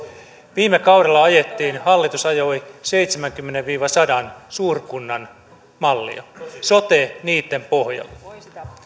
viime kaudella hallitus ajoi seitsemänkymmenen viiva sadan suurkunnan mallia sote niitten pohjalle